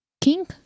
king